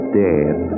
dead